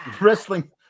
wrestling